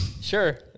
Sure